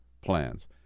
plans